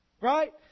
Right